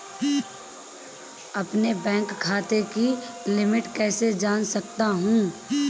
अपने बैंक खाते की लिमिट कैसे जान सकता हूं?